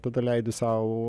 tada leidi sau